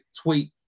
tweet